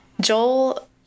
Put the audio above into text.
Joel